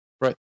right